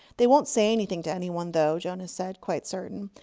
they won't say anything to anyone, though, jonas said, quite certain.